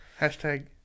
Hashtag